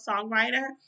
songwriter